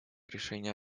решений